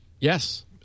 Yes